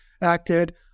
acted